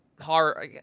horror